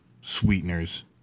sweeteners